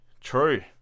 true